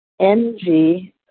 NG